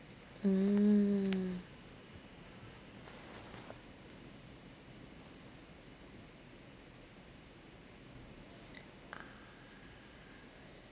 mm